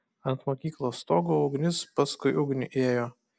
ant mokyklos stogo ugnis paskui ugnį ėjo